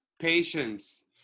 patience